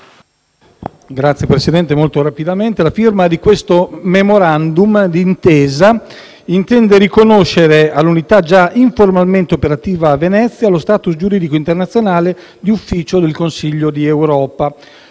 Signor Presidente, la firma del Memorandum d'intesa intende riconoscere all'unità già informalmente operativa a Venezia lo stato giuridico internazionale di Ufficio del Consiglio d'Europa.